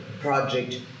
project